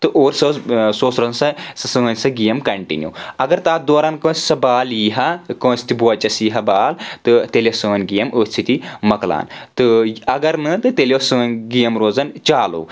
تہٕ اور سۄ ٲس سُہ اوس روزَان سا سۄ سٲنۍ سۄ گیم کنٹِنیو اگر تَتھ دوران کٲنٛسہِ سۄ بال یی ہا کٲنٛسہِ تہِ بُوچَس یی ہا بال تہٕ تیٚلہِ ٲسۍ سٲنۍ گیم أتھۍ سۭتی مۄکلان تہٕ اگر نہٕ تہٕ تیٚلہِ اوس سٲنۍ گیم روزَان چالو